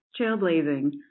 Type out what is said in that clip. Trailblazing